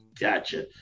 Gotcha